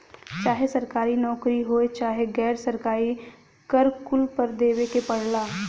चाहे सरकारी नउकरी होये चाहे गैर सरकारी कर कुल पर देवे के पड़ला